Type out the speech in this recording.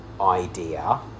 idea